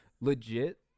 legit